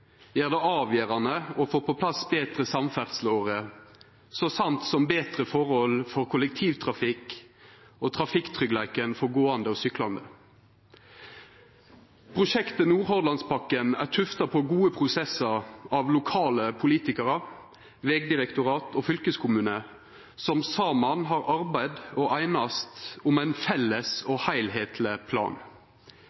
gjer det avgjerande å få på plass betre samferdsleårer, så vel som betre forhold for kollektivtrafikk og trafikktryggleik for gåande og syklande. Prosjektet Nordhordlandspakken er tufta på gode prosessar av lokale politikarar, vegdirektorat og fylkeskommune, som saman har arbeidd og einast om ein felles